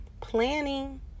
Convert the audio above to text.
Planning